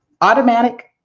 automatic